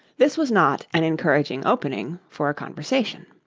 this was not an encouraging opening for a conversation.